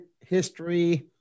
history